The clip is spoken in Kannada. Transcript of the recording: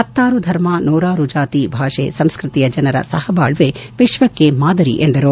ಪತ್ತಾರು ಧರ್ಮ ನೂರಾರು ಜಾತಿ ಭಾಷೆ ಸಂಸ್ಕೃತಿಯ ಜನರ ಸಹಬಾಳ್ವೆ ವಿಶ್ವಕ್ಕೆ ಮಾದರಿ ಎಂದರು